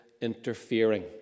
interfering